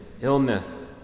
illness